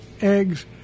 eggs